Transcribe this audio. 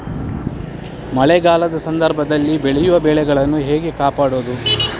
ಮಳೆಗಾಲದ ಸಂದರ್ಭದಲ್ಲಿ ಬೆಳೆಯುವ ಬೆಳೆಗಳನ್ನು ಹೇಗೆ ಕಾಪಾಡೋದು?